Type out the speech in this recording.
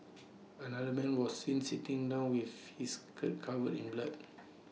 another man was seen sitting down with his covered in blood